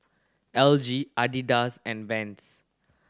L G Adidas and Vans